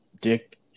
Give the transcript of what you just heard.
Dick